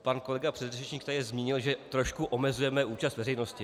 Pan kolega předřečník tady zmínil, že trošku omezujeme účast veřejnosti.